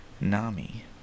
NAMI